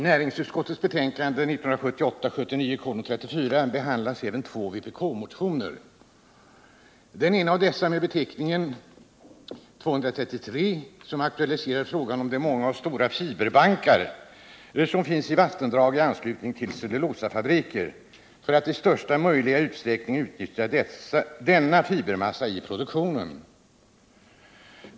Herr talman! I näringsutskottets betänkande nr 34 behandlas även två vpk-motioner. Den ena av dessa, nr 233, aktualiserar frågan om att i största möjliga utsträckning i produktionen utnyttja fibermassan i de många och stora fiberbankar som finns i vattendrag i anslutning till cellulosafabriker.